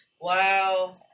Wow